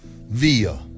via